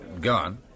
Gone